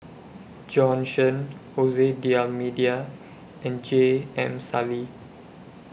Bjorn Shen Jose D'almeida and J M Sali